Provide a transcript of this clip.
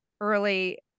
early